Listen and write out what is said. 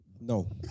No